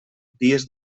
dies